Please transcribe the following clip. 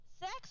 Sex